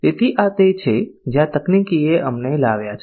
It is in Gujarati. તેથી આ તે છે જ્યાં તકનીકીએ અમને લાવ્યા છે